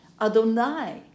Adonai